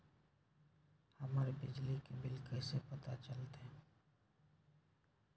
हमर बिजली के बिल कैसे पता चलतै?